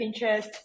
Pinterest